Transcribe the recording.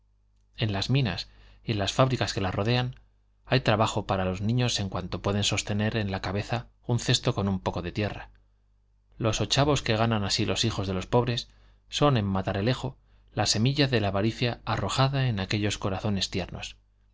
en las minas y en las fábricas que las rodean hay trabajo para los niños en cuanto pueden sostener en la cabeza un cesto con un poco de tierra los ochavos que ganan así los hijos de los pobres son en matalerejo la semilla de la avaricia arrojada en aquellos corazones tiernos